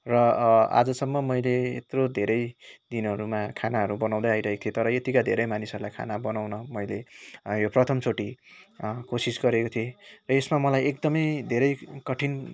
र आजसम्म मैलै यत्रो धेरै दिनहरूमा खानाहरू बनाउँदै आइरहेको थिएँ तर यतिका धेरै मानिसहरूलाई खाना बनाउन मैले यो प्रथमचोटि कोसिस गरेको थिएँ र यसमा मलाई एकदमै धेरै कठिन